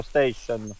Station